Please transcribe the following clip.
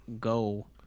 go